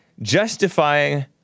justifying